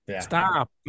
Stop